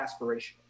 aspirational